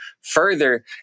further